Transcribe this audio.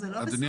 זה לא בסדר.